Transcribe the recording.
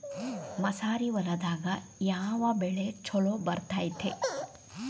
ಮಸಾರಿ ಹೊಲದಾಗ ಯಾವ ಬೆಳಿ ಛಲೋ ಬರತೈತ್ರೇ?